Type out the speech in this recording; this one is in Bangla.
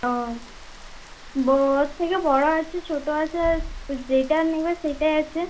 ওহ বো ওর থেকে বড় আছে ছোট আছে যেইটা নিবে সেইটাই আছে